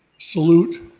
salute,